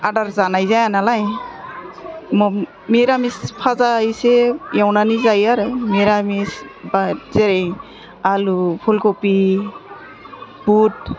आदार जानाय जाया नालाय मिरामिस फाजा एसे एवनानै जायो आरो मिरामिस बा जेरै आलु फुल खफि बुद